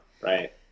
right